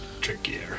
trickier